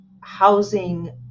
housing